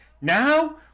now